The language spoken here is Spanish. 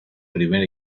primer